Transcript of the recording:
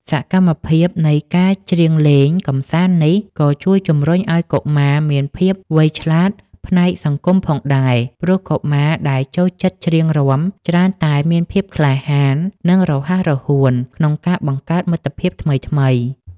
សកម្មភាពនៃការច្រៀងលេងកម្សាន្តនេះ ក៏ជួយជំរុញឱ្យកុមារមានភាពវៃឆ្លាតផ្នែកសង្គមផងដែរ ព្រោះកុមារដែលចូលចិត្តច្រៀងរាំ ច្រើនតែមានភាពក្លាហាន និងរហ័សរហួនក្នុងការបង្កើតមិត្តភាពថ្មីៗ។